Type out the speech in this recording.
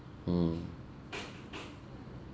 mm